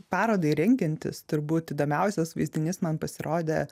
parodai rengiantis turbūt įdomiausias vaizdinys man pasirodė